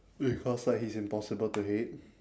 because like he's impossible to hate